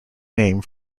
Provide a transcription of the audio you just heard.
name